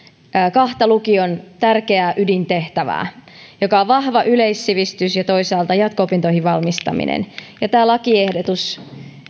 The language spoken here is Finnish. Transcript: kahta lukion tärkeää ydintehtävää jotka ovat vahva yleissivistys ja toisaalta jatko opintoihin valmistaminen ja tämä lakiehdotus